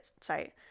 site